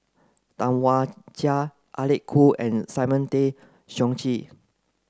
Tam Wai Jia Alec Kuok and Simon Tay Seong Chee